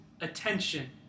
attention